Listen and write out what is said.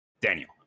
Daniel